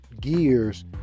Gears